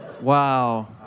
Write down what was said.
Wow